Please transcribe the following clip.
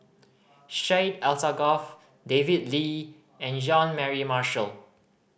Syed Alsagoff David Lee and John Mary Marshall